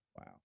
Wow